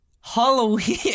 Halloween